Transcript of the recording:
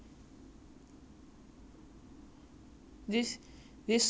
this this this school is overrun by biz rats